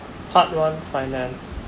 part one finance right